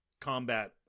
combat